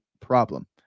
problem